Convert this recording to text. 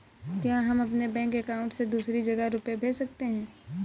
क्या हम अपने बैंक अकाउंट से दूसरी जगह रुपये भेज सकते हैं?